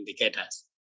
indicators